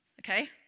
Okay